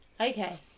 Okay